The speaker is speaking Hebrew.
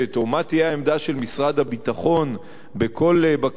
או מה תהיה העמדה של משרד הביטחון בכל בקשה